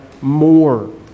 more